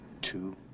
Two